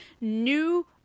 new